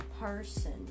person